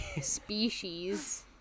species